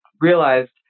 realized